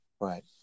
Right